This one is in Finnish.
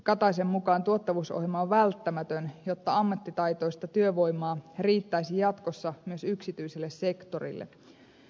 kataisen mukaan tuottavuusohjelma on välttämätön jotta ammattitaitoista työvoimaa riittäisi jatkossa myös yksityiselle sektorille